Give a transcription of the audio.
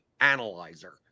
analyzer